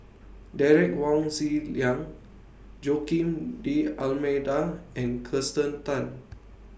Derek Wong Zi Liang Joaquim D'almeida and Kirsten Tan